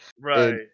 Right